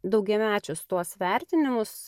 daugiamečius tuos vertinimus